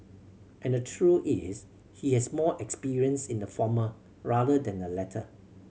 and the truth is he has more experience in the former rather than the latter